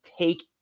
take